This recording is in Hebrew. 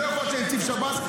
לא יכול להיות שנציב שב"ס,